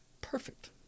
perfect